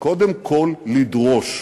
קודם כול לדרוש,